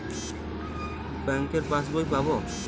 Bank এর বই পাবো?